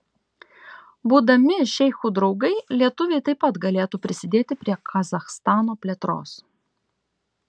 būdami šeichų draugai lietuviai taip pat galėtų prisidėti prie kazachstano plėtros